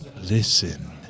Listen